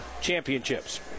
Championships